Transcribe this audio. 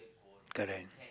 correct